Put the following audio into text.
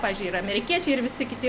pavyzdžiui yra amerikiečiai ir visi kiti